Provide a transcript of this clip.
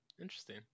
interesting